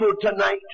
tonight